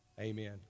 Amen